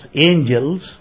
angels